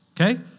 okay